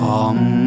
Come